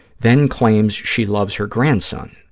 then claims she loves her grandson.